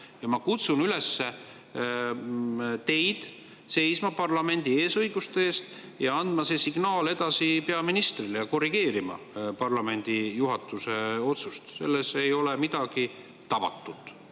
Ma kutsun teid üles seisma parlamendi eesõiguste eest, andma selle signaali edasi peaministrile ja korrigeerima parlamendi juhatuse otsust. Selles ei ole midagi tavatut,